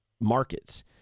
markets